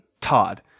Todd